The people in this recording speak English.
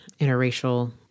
interracial